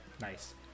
Nice